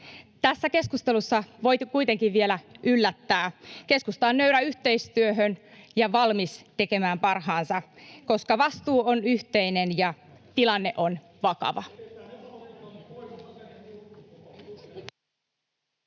Tässä keskustelussa voitte kuitenkin vielä yllättää. Keskusta on nöyrä yhteistyöhön ja valmis tekemään parhaansa, koska vastuu on yhteinen ja tilanne on vakava.